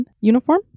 uniform